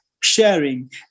sharing